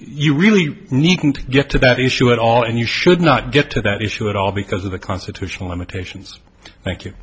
you really need to get to that issue at all and you should not get to that issue at all because of the constitutional limitations thank you